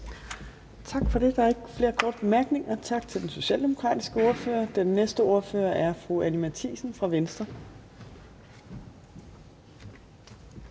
Tak for det. Der er ikke flere korte bemærkninger. Tak til den socialdemokratiske ordfører. Den næste ordfører er fru Anni Matthiesen fra Venstre.